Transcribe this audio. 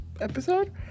episode